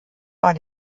war